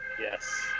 Yes